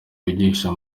wigisha